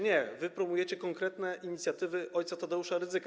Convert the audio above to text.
Nie, wy promujecie konkretne inicjatywy ojca Tadeusza Rydzyka.